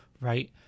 right